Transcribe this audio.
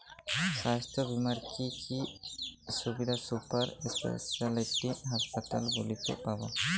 স্বাস্থ্য বীমার কি কি সুবিধে সুপার স্পেশালিটি হাসপাতালগুলিতে পাব?